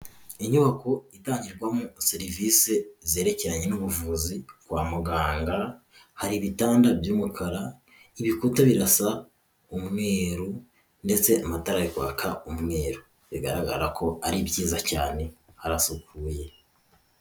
Inyubako itangirwamo serivisi zerekeranye n'ubuvuzi kwa muganga hari ibitanda by'umukara ibikuta birasa umweru ndetse amatara ari kwaka umweru bigaragara ko ari byiza cyane arasukuye.